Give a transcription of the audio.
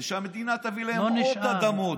ושהמדינה תביא להם עוד אדמות.